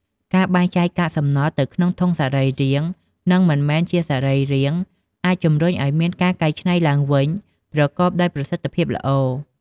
ការបែងចែកកាកសំណល់ទៅក្នុងធុងសរីរាង្គ និងមិនមែនជាសរីរាង្គ អាចជំរុញឲ្យមានការកែច្នៃឡើងវិញប្រកបដោយប្រសិទ្ធភាពល្អ។